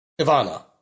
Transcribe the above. Ivana